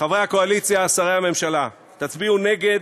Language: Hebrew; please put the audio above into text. חברי הקואליציה, שרי הממשלה, תצביעו נגד,